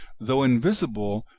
though invisible,